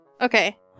Okay